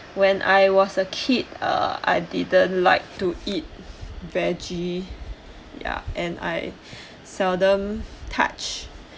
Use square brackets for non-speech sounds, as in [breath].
when I was a kid uh I didn't like to eat veggie [breath] ya and I [breath] seldom touch